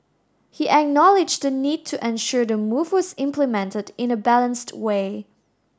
he acknowledged the need to ensure the move was implemented in a balanced way